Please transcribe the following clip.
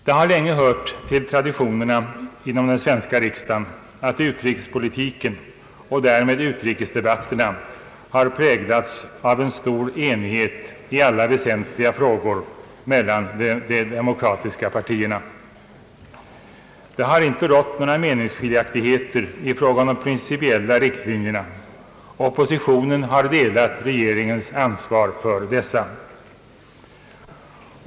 Det har länge hört till traditionerna inom den svenska riksdagen att utrikespolitiken och därmed utrikesdebatterna har präglats av en stor enighet i alla väsentliga frågor mellan de demokratiska partierna. Det har inte rått några meningsskiljaktigheter i fråga om de principiella riktlinjerna. Oppositionen har delat regeringens ansvar för dessa.